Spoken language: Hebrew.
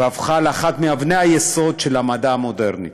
והפכה לאחת מאבני היסוד של המדע המודרני.